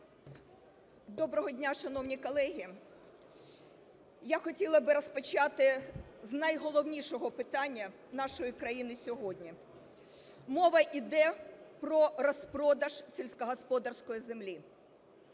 Доброго дня, шановні колеги! Я хотіла б розпочати з найголовнішого питання нашої країни сьогодні: мова іде про розпродаж сільськогосподарської землі.